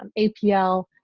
um apl.